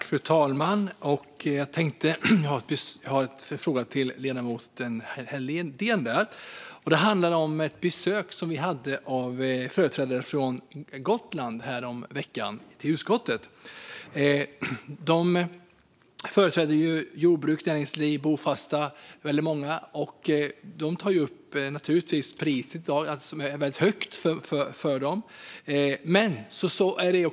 Fru talman! Jag har en fråga till ledamoten Helldén. Det handlar om ett besök i utskottet häromveckan av företrädare från Gotland. De företrädde jordbruk, näringsliv och väldigt många bofasta och tog naturligtvis upp det väldigt höga priset för dem.